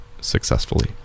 successfully